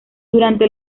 durante